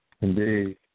Indeed